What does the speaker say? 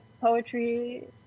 poetry